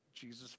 Jesus